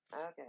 okay